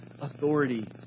authority